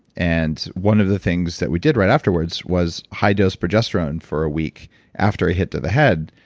and one of the things that we did right afterwards was high dose progesterone for a week after a hit to the head,